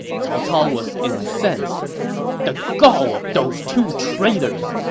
cao cao was incensed the gall of those two traitors!